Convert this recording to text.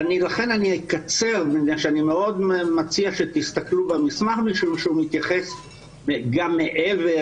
לכן אני אקצר כי אני מציע שתסתכלו במסמך משום שהוא מתייחס גם מעבר